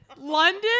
London